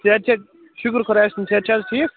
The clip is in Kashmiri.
صحت چھا شُکُر خۄدایس کُن صحت چھا حظ ٹھیٖک